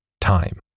time